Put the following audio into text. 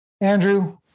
Andrew